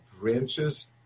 branches